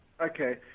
Okay